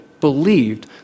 believed